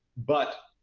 but,